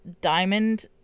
diamond